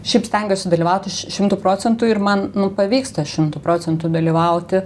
šiaip stengiuosi dalyvauti šimtu procentų ir man pavyksta šimtu procentų dalyvauti